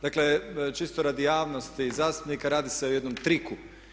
Dakle čisto radi javnosti zastupnika radi se o jednom triku.